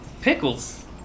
Pickles